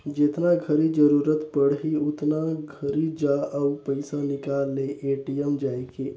जेतना घरी जरूरत पड़ही ओतना घरी जा अउ पइसा निकाल ले ए.टी.एम जायके